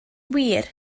wir